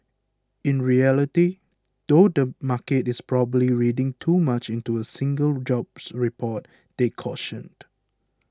in reality though the market is probably reading too much into a single jobs report they cautioned